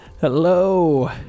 Hello